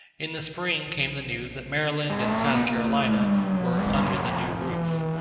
in the spring came the news that maryland and south carolina were under the new roof.